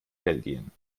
belgien